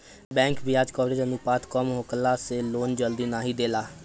bank बियाज coverage अनुपात कम होखला से लोन जल्दी नाइ देला